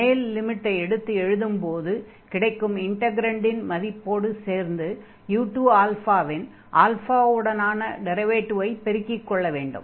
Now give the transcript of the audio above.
மேல் லிமிட்டை எடுத்து எழுதும்போது கிடைக்கும் இன்டக்ரன்டின் மதிப்போடு சேர்த்து u2 இன் ஆல்ஃபாவுடனான டிரைவேடிவை பெருக்கிக் கொள்ள வேண்டும்